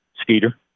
Skeeter